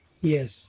Yes